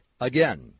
Again